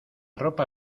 ropa